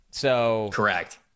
Correct